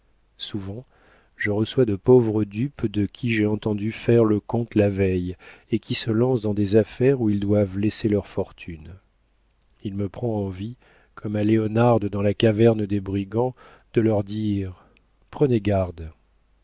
souvent je reçois de pauvres dupes de qui j'ai entendu faire le compte la veille et qui se lancent dans des affaires où ils doivent laisser leur fortune il me prend envie comme à léonarde dans la caverne des brigands de leur dire prenez garde